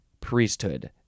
Priesthood